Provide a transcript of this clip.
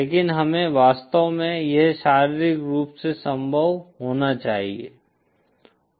लेकिन हमें चो वास्तव में यह शारीरिक रूप से संभव होना चाहिए